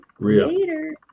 Later